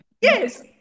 yes